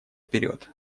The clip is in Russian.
вперед